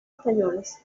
españoles